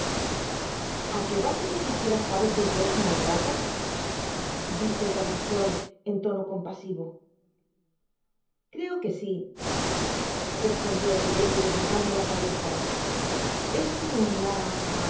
a qué va que ni siquiera sabes lo que es una hurrawl dijo el camastron con tono compasivo content from google book search generated at las creo que si respondió oliverio levantando la cabeza lis un